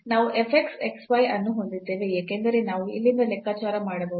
ನಾವು f x x y ಅನ್ನು ಹೊಂದಿದ್ದೇವೆ ಏಕೆಂದರೆ ನಾವು ಇಲ್ಲಿಂದ ಲೆಕ್ಕಾಚಾರ ಮಾಡಬಹುದು